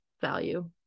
value